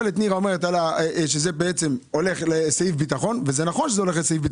נירה אומרת שזה הולך לסעיף ביטחון וזה נכון.